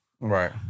Right